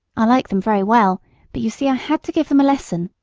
i like them very well but you see i had to give them a lesson.